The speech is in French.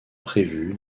prévu